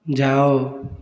ଯାଅ